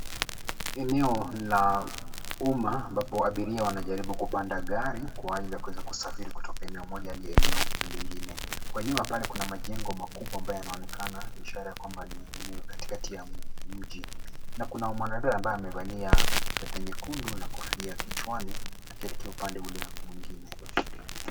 Eneo la umma ambapo abiria wanajaribu kupanda gari kwa ajili ya kuweza kusafiri kutoka eneo moja hadi eneo lingine, kwa nyuma pale kuna majengo makubwa ambaye yanaonekana ishara ya kwamba ni eneo kati kati ya mji na kuna mwanadada ambaye amevalia sweta nyekundu na kofia kichwani akielekea upande ule mwingine.